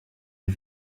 les